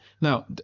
Now